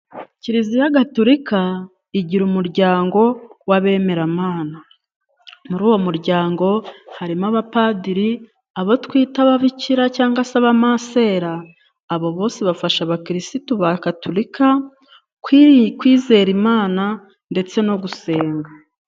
Kiliziya Gatolika igira umuryango w'abemeramana muri uwo muryango harimo abapadiri ,abo twita ababikira cyangwa se aba masera, abo bose bafasha abakirisitu ba katulika kwizera Imana ndetse no gusenga.